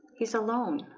he's alone.